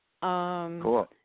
Cool